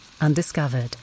undiscovered